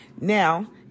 Now